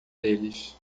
deles